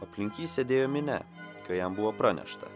aplink jį sėdėjo minia kai jam buvo pranešta